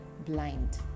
Blind